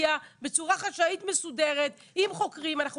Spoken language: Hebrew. בקצרה: קודם כול,